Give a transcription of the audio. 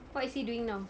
what is he doing now